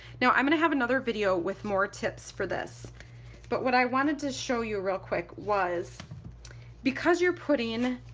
now i'm gonna have another video with more tips for this but what i wanted to show you real quick was because you're putting